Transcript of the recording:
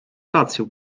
rację